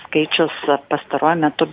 skaičius pastaruoju metu